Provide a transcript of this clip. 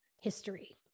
history